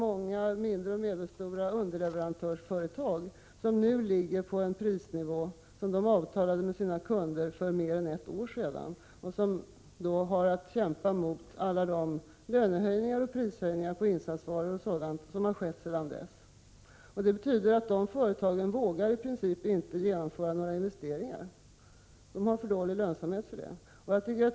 Många mindre och medelstora underleverantörsföretag ligger nu på en prisnivå som de avtalade med sina kunder för mer än ett år sedan och har att kämpa mot alla de lönehöjningar och prishöjningar på insatsvaror och annat som har skett sedan dess. Det betyder att de företagen i princip inte vågar genomföra några investeringar — de har för dålig lönsamhet för det.